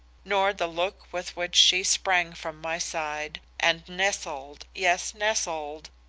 nor the look with which she sprang from my side and nestled, yes nestled,